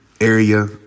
area